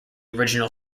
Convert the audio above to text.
original